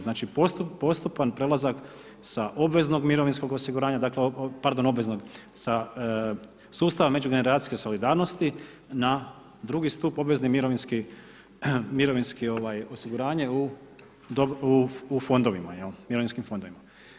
Znači postupan prelazak sa obveznog mirovinskog osiguranja, dakle, pardon, obveznog, sa sustava međugeneracijske solidarnosti na drugi stup obveznih mirovinskih osiguranja u fondovima, u mirovinskim fondovima.